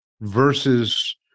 versus